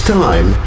time